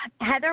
Heather